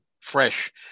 fresh